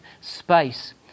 space